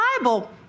Bible